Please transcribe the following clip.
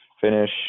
finish